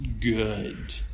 good